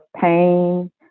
pain